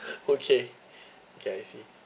okay okay I see